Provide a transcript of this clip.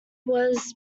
was